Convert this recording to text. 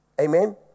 Amen